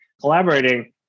collaborating